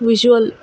visual